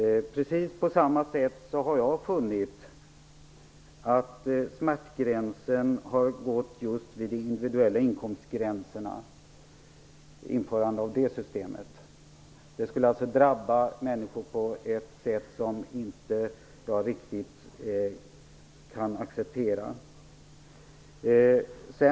Precis på samma sätt har jag funnit att smärtgränsen har gått just vid införandet av systemet med individuella inkomstgränser. Det skulle alltså drabba människor på ett sätt som jag inte riktigt kan acceptera.